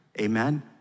Amen